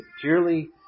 purely